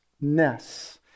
Ness